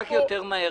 רק יותר מהר,